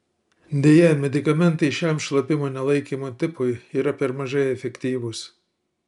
deja medikamentai šiam šlapimo nelaikymo tipui yra per mažai efektyvūs